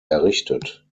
errichtet